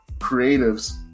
creatives